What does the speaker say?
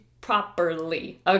properly